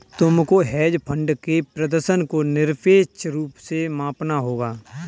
तुमको hedge fund के प्रदर्शन को निरपेक्ष रूप से मापना होगा